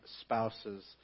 spouses